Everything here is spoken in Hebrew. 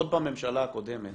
עוד בממשלה הקודמת